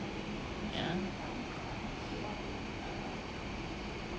ya